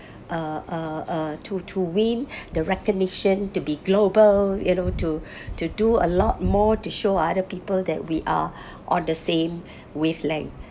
uh uh uh to to win the recognition to be global you know to to do a lot more to show other people that we are on the same wavelength